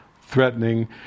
threatening